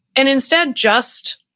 and instead just,